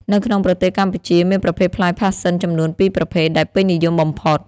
នៅក្នុងប្រទេសកម្ពុជាមានប្រភេទផ្លែផាសសិន ចំនួន ពីរប្រភេទ ដែលពេញនិយមបំផុត។